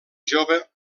jove